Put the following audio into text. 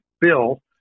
bill